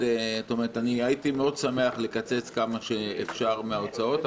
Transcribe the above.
הייתי שמח מאוד לקצץ כמה שאפשר מן ההוצאות,